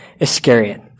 Iscariot